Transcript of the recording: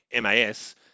MAS